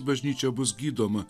bažnyčia bus gydoma